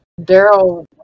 Daryl